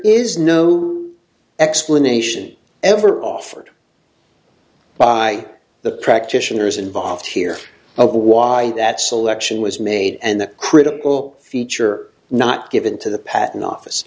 is no explanation ever offered by the practitioners involved here of why that selection was made and the critical feature not given to the patent office